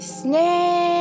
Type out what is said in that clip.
snake